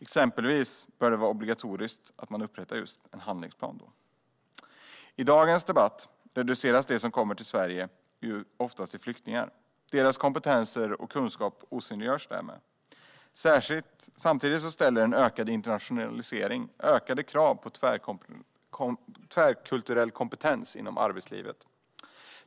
Exempelvis bör det vara obligatoriskt att man upprättar just en handlingsplan för detta. I dagens debatt reduceras de som kommer till Sverige oftast till flyktingar. Deras kompetens och kunskap osynliggörs därmed. Samtidigt ställer en ökad internationalisering ökade krav på tvärkulturell kompetens inom arbetslivet.